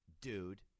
Dude